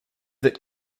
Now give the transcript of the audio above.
that